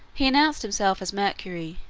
he announced himself as mercury,